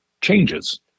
changes